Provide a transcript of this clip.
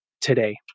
today